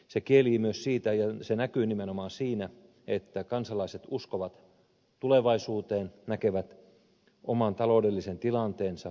se kielii myös siitä ja näkyy nimenomaan siinä että kansalaiset uskovat tulevaisuuteen näkevät oman taloudellisen tilanteensa varsin vakaana